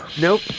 Nope